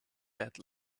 had